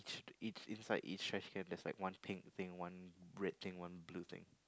each inside each trashcan there's like one pink thing one red thing one blue thing